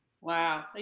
Wow